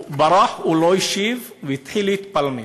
הוא ברח, הוא לא השיב, והתחיל להתפלמס.